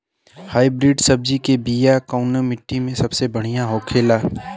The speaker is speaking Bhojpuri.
हाइब्रिड सब्जी के बिया कवने मिट्टी में सबसे बढ़ियां होखे ला?